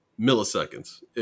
milliseconds